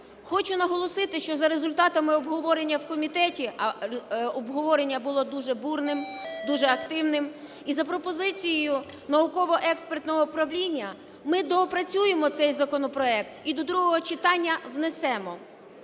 Хочу наголосити, що за результатами обговорення в комітеті, а обговорення було дуже бурним, дуже активним, і за пропозицією Науково-експертного управління ми доопрацюємо цей законопроект і до другого читання внесемо